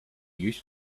used